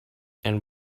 and